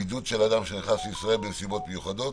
(בידוד של אדם שנכנס לישראל בנסיבות מיוחדות)